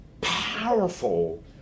powerful